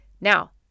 Now